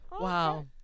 Wow